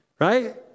right